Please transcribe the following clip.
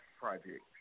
project